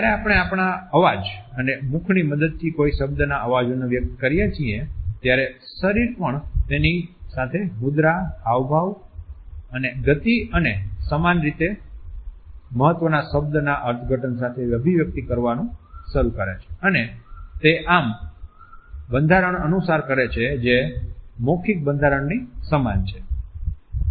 જ્યારે આપણે આપણા અવાજ અને મુખની મદદથી કોઈ શબ્દના અવાજોને વ્યક્ત કરીએ છીએ ત્યારે શરીર પણ તેની સાથે મુદ્રા હાવભાવ અને ગતિ અને સમાન રીતે મહત્વના શબ્દના અર્થઘટન સાથે અભિવ્યક્ત કરવાનું શરૂ કરે છે અને તે આમ બંધારણ અનુસાર કરે છે જે મૌખિક બંધારણ ની સમાન છે